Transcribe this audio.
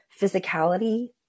physicality